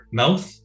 mouth